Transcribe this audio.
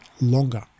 longer